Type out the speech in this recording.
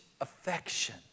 affection